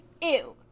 Ew